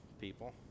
people